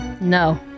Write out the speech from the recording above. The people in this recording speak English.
No